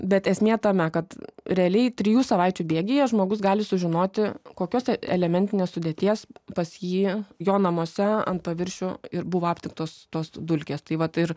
bet esmė tame kad realiai trijų savaičių bėgyje žmogus gali sužinoti kokios elementinės sudėties pas jį jo namuose ant paviršių ir buvo aptiktos tos dulkės tai vat ir